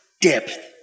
depth